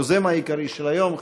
היוזם העיקרי של היום,